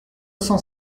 cent